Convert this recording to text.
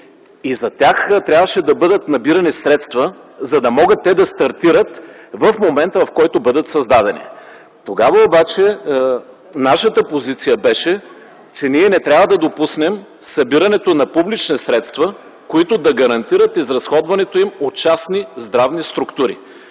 За тях трябваше да бъдат набирани средства, за да могат те да стартират в момента, в който бъдат създадени. Тогава обаче нашата позиция беше, че ние не трябва да допуснем събирането на публични средства, които да гарантират изразходването им от частни здравни структури.